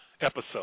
episode